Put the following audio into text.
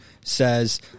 Says